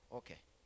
okay